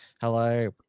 Hello